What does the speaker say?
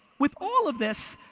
with all of this,